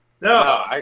No